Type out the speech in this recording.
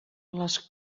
les